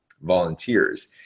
volunteers